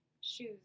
Shoes